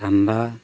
ᱴᱷᱟᱱᱰᱟ